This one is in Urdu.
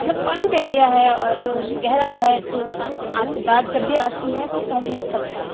مطلب پانی کا ایریا ہے اور گہرا ہے تو پانی تو آتی باڑھ جب بھی آتی ہے تو تہس نہس کرتا ہے